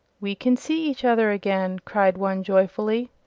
we can see each other again! cried one, joyfully.